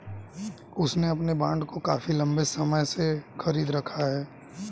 उसने अपने बॉन्ड को काफी लंबे समय से खरीद रखा है